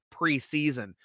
preseason